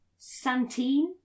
Santine